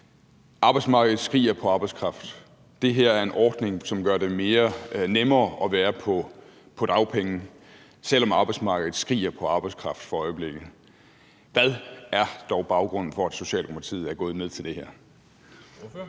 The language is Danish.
Arbejdsmarkedet skriger på arbejdskraft. Det her er en ordning, som gør det nemmere at være på dagpenge, selv om arbejdsmarkedet skriger på arbejdskraft for øjeblikket. Hvad er dog baggrunden for, at Socialdemokratiet er gået med til det her?